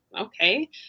okay